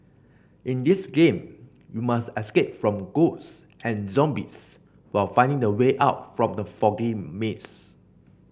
in this game you must escape from ghost and zombies while finding the way out from the foggy maze